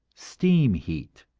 steam heat,